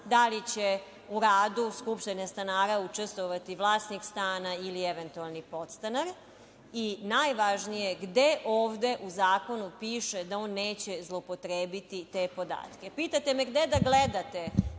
da li će u radu skupštine stanara učestvovati vlasnik stana ili eventualni podstanar? Najvažnije, gde ovde u zakonu piše da on neće zloupotrebiti te podatke? Pitate me gde da gledate